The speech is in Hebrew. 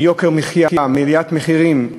מיוקר מחיה, מעליית מחירים.